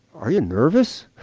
are you nervous?